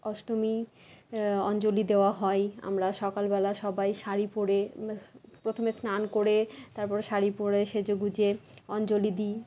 অষ্টমী অঞ্জলি দেওয়া হয় আমরা সকালবেলা সবাই শাড়ি পরে প্রথমে স্নান করে তারপর শাড়ি পরে সেজে গুজে অঞ্জলি দিই